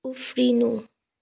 उफ्रिनु